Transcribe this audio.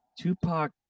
tupac